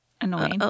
Annoying